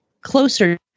closer